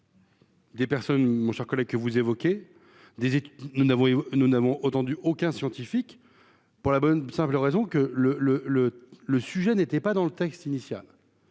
Des personnes, mon cher collègue que vous évoquez des nous n'avons, nous n'avons entendu aucun scientifique pour la bonne et simple raison que le le le le sujet n'était pas dans le texte initial,